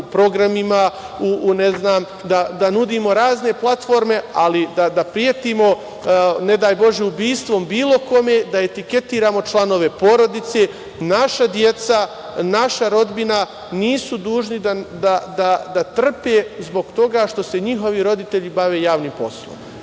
programima, da nudimo razne platforme, ali da pretimo, ne daj bože ubistvom bilo kome, da etiketiramo članove porodice, naša deca, naša rodbina nisu dužni da trpe zbog toga što se njihovi roditelji bave javnim poslom. Znate,